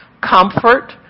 comfort